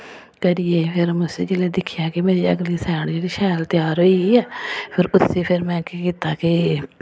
करियै फिर में उस्सी जिल्लै दिक्खेआ कि मेरी अगली साइड जेह्ड़ी शैल त्यार होई गेई ऐ फिर उस्सी फिर में केह् कीता के